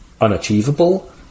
unachievable